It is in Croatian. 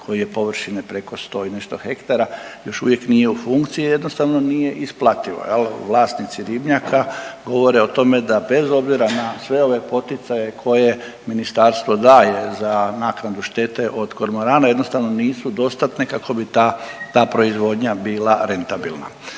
koji je površine preko 100 i nešto hektara još uvijek nije u funkciji jer jednostavno nije isplativo jel. Vlasnici ribnjaka govore o tome da bez obzira na sve ove poticaja koje ministarstvo daje za naknadu štete od kormorana jednostavno nisu dostatne kako bi ta, ta proizvodnja bila rentabilna.